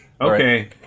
Okay